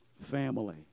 family